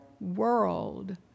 world